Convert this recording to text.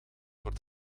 wordt